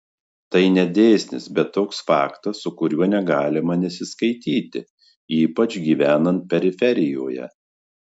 tai ne dėsnis bet toks faktas su kuriuo negalima nesiskaityti ypač gyvenant periferijoje